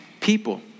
people